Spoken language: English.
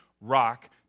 rock